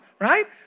right